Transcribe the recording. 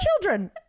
children